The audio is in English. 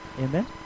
Amen